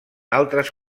altres